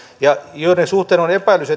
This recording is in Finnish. ja joiden suhteen on epäilys